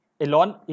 Elon